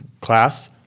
class